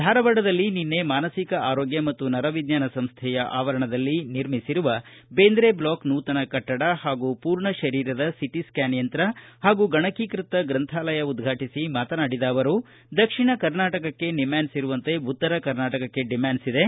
ಧಾರವಾಡದಲ್ಲಿ ನಿನ್ನೆ ಮಾನಸಿಕ ಆರೋಗ್ಯ ಮತ್ತು ನರವಿಜ್ಞಾನ ಸಂಸ್ಥೆಯ ಆವರಣದಲ್ಲಿ ನಿರ್ಮಿಸಿರುವ ಬೇಂದ್ರೆ ಬ್ಲಾಕ್ ನೂತನ ಕಟ್ಟಡ ಹಾಗೂ ಪೂರ್ಣ ಶರೀರದ ಸಿಟಿ ಸ್ಟಾನ್ ಯಂತ್ರ ಹಾಗೂ ಗಣಕೀಕೃತ ಗ್ರಂಥಾಲಯ ಉದ್ಘಾಟಿಸಿ ಮಾತನಾಡಿದ ಅವರು ದಕ್ಷಿಣ ಕರ್ನಾಟಕಕ್ಕೆ ನಿಮ್ಹಾನ್ಸ್ ಇರುವಂತೆ ಉತ್ತರ ಕರ್ನಾಟಕಕ್ಕೆ ಡಿಮ್ಹಾನ್ಸ್ ಇದೆ